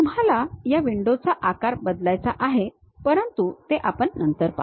तुम्हाला या विंडोचा आकार बदलायचा आहे परंतु ते आपण नंतर पाहू